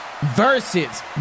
versus